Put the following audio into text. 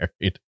married